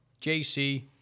JC